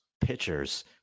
pitchers